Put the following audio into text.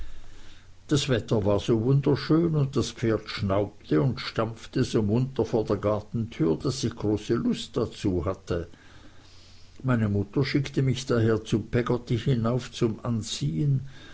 das wetter war so wunderschön und das pferd schnaubte und stampfte so munter vor der gartentür daß ich große lust dazu hatte meine mutter schickte mich daher zu peggotty hinauf zum anziehen